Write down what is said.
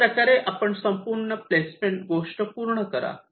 अशाप्रकारे आपण संपूर्ण प्लेसमेंट गोष्ट पूर्ण करा